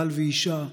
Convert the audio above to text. בעל ואישה,